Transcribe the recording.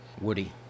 Woody